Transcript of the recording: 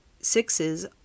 sixes